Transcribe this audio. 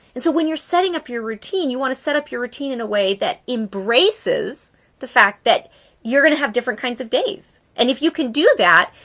and so when you're setting up your routine, you want to set up your routine in a way that embraces the fact that you're going to have different kinds of days. and if you can do that,